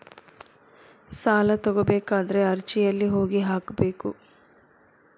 ಸಾಲ ತಗೋಬೇಕಾದ್ರೆ ಅರ್ಜಿ ಎಲ್ಲಿ ಹೋಗಿ ಹಾಕಬೇಕು?